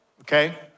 Okay